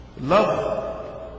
love